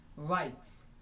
rights